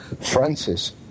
Francis